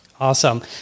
Awesome